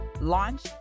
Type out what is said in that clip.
launch